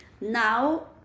Now